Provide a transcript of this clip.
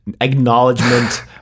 acknowledgement